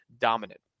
dominant